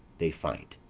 they fight.